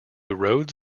rhodes